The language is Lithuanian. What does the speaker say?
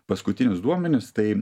paskutinius duomenis tai